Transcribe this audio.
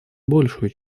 большую